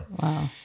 Wow